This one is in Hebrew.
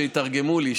שיתרגמו לי,